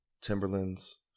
Timberlands